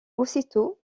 aussitôt